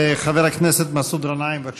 חבר הכנסת מסעוד גנאים, בבקשה.